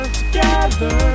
together